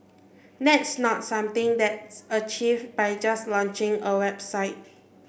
that's not something that's achieved by just launching a website